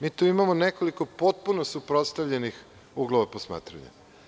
Mi tu imamo nekoliko potpuno suprotstavljeni uglova posmatranja.